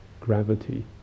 gravity